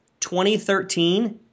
2013